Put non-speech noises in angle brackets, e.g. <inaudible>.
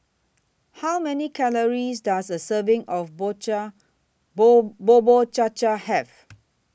How Many Calories Does A Serving of <unintelligible> Cha Bubur Cha Cha Have